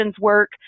work